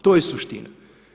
To je suština.